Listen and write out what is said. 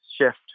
shift